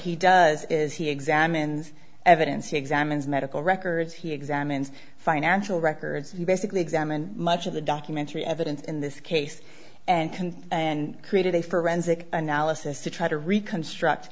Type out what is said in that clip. he does is he examines evidence he examines medical records he examines financial records he basically examined much of the documentary evidence in this case and and created a forensic analysis to try to reconstruct